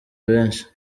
benshi